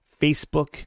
Facebook